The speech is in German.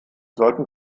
sollten